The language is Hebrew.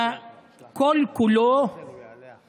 היה כל-כולו